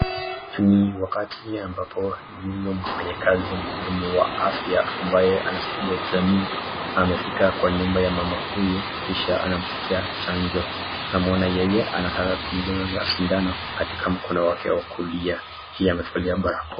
Ni wakati ambapo huyu mfanyikazi mhudumu wa afya ambaye anasaidia jamii amefika kwa nyumba ya mama huyu, kisha anampatia chanjo. Tunamwona yeye anataka kumdunga sindano katika mkono wake wa kulia, yeye amevalia barakoa.